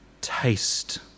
taste